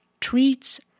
treats